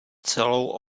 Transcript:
celou